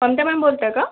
Mamata ma'am बोलत आहे का